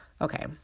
Okay